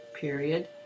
period